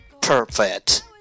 perfect